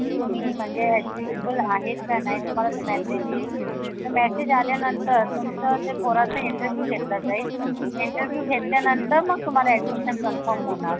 की तुम्ही म्हणजे एजलिजिबल आहेत का नाही तुम्हाला ते मॅसेज येईल तर मॅसेज आल्यानंतर तुमचं ते पोराचं इंटरव्ह्यू घेतला जाईल इंटरव्ह्यू घेतल्यानंतर मग तुम्हाला अॅडमिशन कन्फर्म होणार